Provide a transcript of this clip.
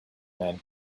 man